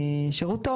טוב.